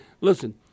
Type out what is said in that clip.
listen